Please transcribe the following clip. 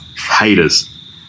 Haters